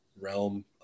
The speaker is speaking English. realm